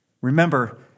Remember